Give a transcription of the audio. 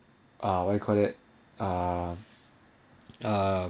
uh what you call that ah uh